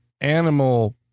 animal